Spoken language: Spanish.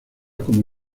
como